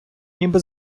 ніби